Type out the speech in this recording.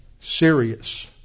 serious